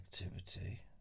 activity